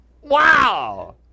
Wow